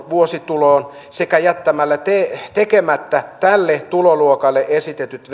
vuosituloon sekä jättämällä tekemättä tälle tuloluokalle esitetyt